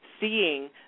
seeing